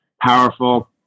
Powerful